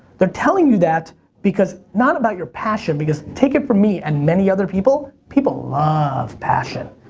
they're telling you that because, not about your passion, because, take it from me and many other people, people love passion.